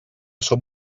som